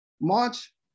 March